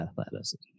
athleticism